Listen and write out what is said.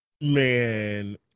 Man